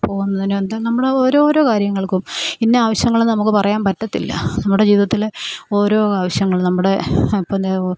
പോകുന്നതിനെന്ത് നമ്മൾ ഓരോരോ കാര്യങ്ങൾക്കും ഇന്ന ആവശ്യങ്ങളെന്ന് നമുക്ക് പറയാൻ പറ്റത്തില്ല നമ്മുടെ ജീവിതത്തിൽ ഓരോ ആവശ്യങ്ങൾ നമ്മുടെ ഇപ്പം ഇത്